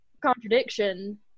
contradiction